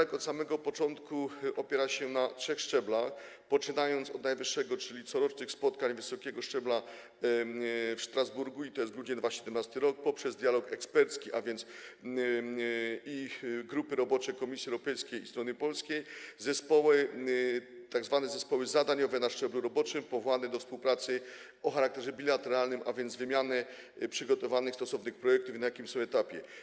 Od samego początku opiera się on na trzech szczeblach, poczynając od najwyższego, czyli corocznych spotkań wysokiego szczebla w Strasburgu - to jest grudzień 2017 r. - poprzez dialog ekspercki, czyli grupy robocze Komisji Europejskiej i strony polskiej, tzw. zespoły zadaniowe na szczeblu roboczym powołane do współpracy o charakterze bilateralnym, a więc chodzi o wymianę przygotowanych stosownych projektów i określenie, na jakim są etapie.